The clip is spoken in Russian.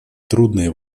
трудные